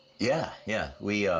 yeah. yeah, we, ah,